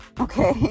Okay